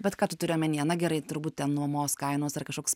bet ką tu turi omenyje na gerai turbūt ten nuomos kainos ar kažkoks